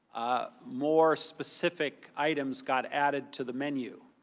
more specific items got added to the menu,